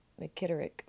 McKitterick